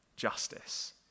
Justice